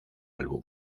álbum